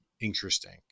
interesting